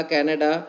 Canada